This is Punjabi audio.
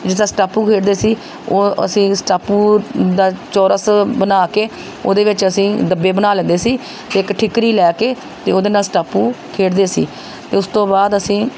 ਜਿਸ ਤਰ੍ਹਾਂ ਸਟਾਪੂ ਖੇਡਦੇ ਸੀ ਉਹ ਅਸੀਂ ਸਟਾਪੂ ਦਾ ਚੌਰਸ ਬਣਾ ਕੇ ਉਹਦੇ ਵਿੱਚ ਅਸੀਂ ਡੱਬੇ ਬਣਾ ਲੈਂਦੇ ਸੀ ਅਤੇ ਇੱਕ ਠਿੱਕਰੀ ਲੈ ਕੇ ਅਤੇ ਉਹਦੇ ਨਾਲ ਸਟਾਪੂ ਖੇਡਦੇ ਸੀ ਅਤੇ ਉਸ ਤੋਂ ਬਾਅਦ ਅਸੀਂ